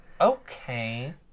Okay